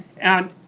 and,